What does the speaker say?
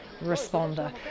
responder